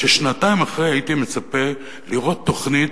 ששנתיים אחרי הייתי מצפה לראות תוכנית